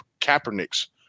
Kaepernick's